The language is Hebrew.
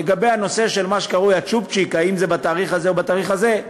לגבי הנושא של מה שקרוי "הצ'ופצ'יק" האם זה בתאריך הזה או בתאריך הזה,